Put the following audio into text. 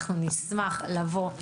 אנחנו נשמח לבוא,